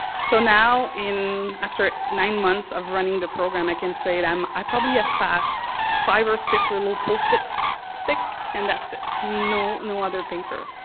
so now, in after nine months of running the program i can say um i probably have passed five or six little ole post-it sticks, and that's it. no no other paper.